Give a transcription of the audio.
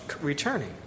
returning